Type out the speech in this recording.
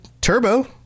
Turbo